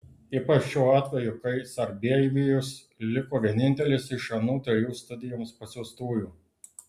ypač šiuo atveju kai sarbievijus liko vienintelis iš anų trijų studijoms pasiųstųjų